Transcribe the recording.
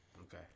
Okay